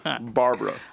Barbara